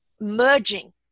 merging